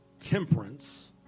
temperance